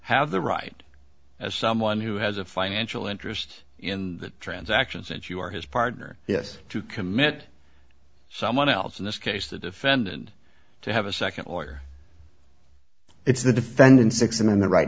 have the right as someone who has a financial interest in that transaction since you are his partner yes to commit someone else in this case the defendant to have a second lawyer it's the defendant six and